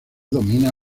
domina